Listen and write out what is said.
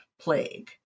plague